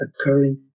occurring